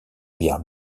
bière